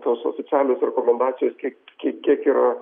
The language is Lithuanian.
tos oficialios rekomendacijos kiek kiek kiek yra